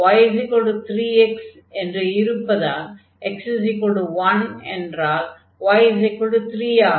y 3x என்று இருப்பதால் x1 என்றால் y3 ஆகும்